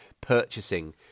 purchasing